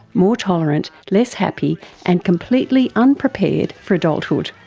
more tolerant, less happy and completely unprepared for adulthood.